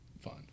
fun